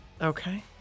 Okay